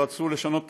רצו לשנות תפקידים,